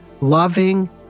loving